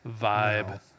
vibe